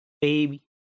Baby